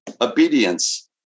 obedience